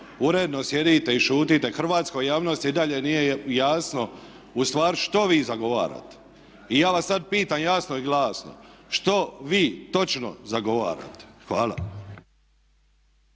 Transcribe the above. uredno sjedite i šutite. Hrvatskoj javnosti i dalje nije jasno ustvari što vi zagovarate. I ja vas sada pitam jasno i glasno, što vi točno zagovarate? Hvala.